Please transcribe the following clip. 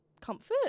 Comfort